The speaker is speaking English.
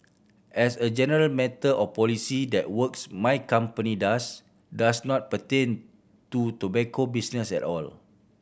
as a general matter of policy that works my company does does not pertain to tobacco business at all